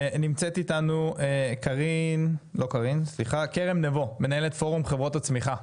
נמצאת איתנו כרם נבו, מנהלת פורום חברות הצמיחה.